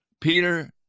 Peter